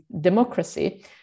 democracy